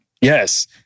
Yes